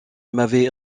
m’avait